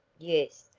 yes,